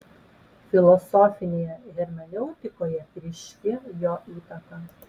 filosofinėje hermeneutikoje ryški jo įtaka